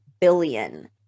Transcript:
billion